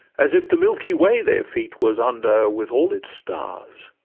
as if the milky way their feet was under with all its stars